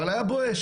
אבל היה "בואש".